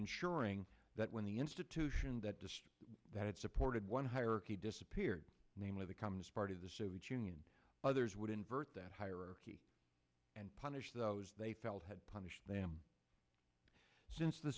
ensuring that when the institution that dissed that it supported one hierarchy disappeared namely the commons part of the soviet union others would invert that hierarchy and punish those they felt had punished them since the